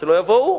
שלא יבואו,